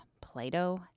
Plato